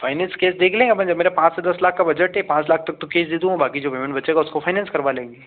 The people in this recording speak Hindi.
फ़ाइनेंस केस देख लें अपन जब मेरा पाँच से दस लाख का बजट है पाँच लाख तक तो केस दे दूँगा बाकी जो पेमेंट बचेगा उसको फ़ाइनेंस करवा लेंगे